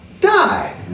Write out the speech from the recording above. die